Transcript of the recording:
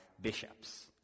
bishops